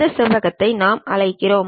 இந்த செவ்வகம் நாம் அழைக்கிறோம்